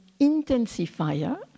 intensifier